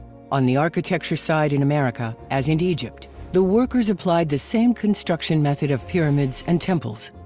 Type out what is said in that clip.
on the architecture side in america, as in egypt, the workers applied the same construction method of pyramids and temples.